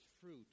fruit